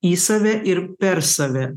į save ir per save